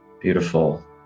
Beautiful